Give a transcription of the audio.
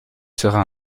sera